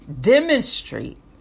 demonstrate